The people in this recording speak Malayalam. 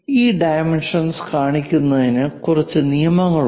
ഈ ഡൈമെൻഷൻസ് കാണിക്കുന്നതിന് കുറച്ച് നിയമങ്ങളുണ്ട്